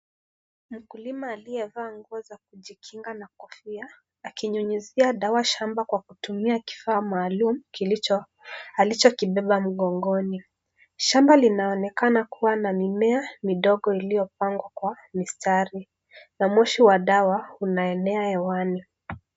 Mkulima aliyevaa nguo za kujikinga na kofia, akinyunyizia dawa shamba kwa kutumia kifaa maalum, alichokibeba mgongoni. Shamba linaonekana kuwa na mimea midogo iliyopangwa kwa mistari na moshi wa dawa unaenea hewani.